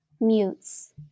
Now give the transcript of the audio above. mutes